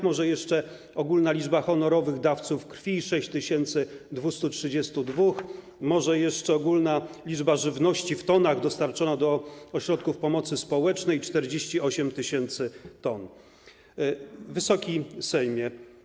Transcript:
Może jeszcze ogólna liczba honorowych dawców krwi - 6232, może jeszcze ogólna ilość żywności w tonach dostarczonej do ośrodków pomocy społecznej - 48 tys. t. Wysoki Sejmie!